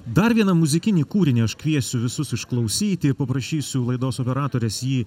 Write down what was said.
dar vieną muzikinį kūrinį aš kviesiu visus išklausyti ir paprašysiu laidos operatorės jį